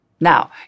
Now